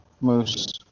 Moose